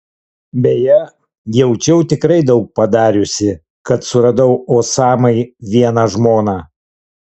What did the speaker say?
beje jaučiau tikrai daug padariusi kad suradau osamai vieną žmoną